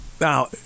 Now